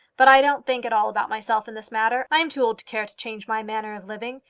but i don't think at all about myself in this matter. i am too old to care to change my manner of living.